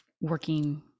working